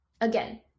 Again